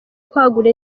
kwagura